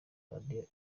radio